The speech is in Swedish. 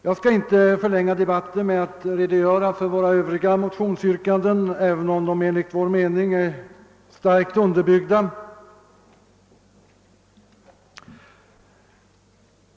Jag skall inte förlänga debatten med att redogöra för våra övriga motionsyrkanden, även om de enligt vår mening är starkt underbyggda.